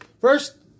First